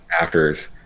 actors